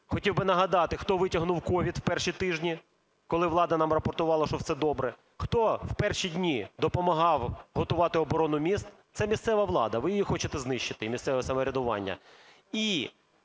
Хотів би нагадати, хто витягнув COVID в перші тижні, коли влада нам рапортувала, що все добре. Хто в перші дні допомагав готувати оборону міст? Це місцева влада. Ви її хочете знищити і місцеве самоврядування.